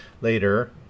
later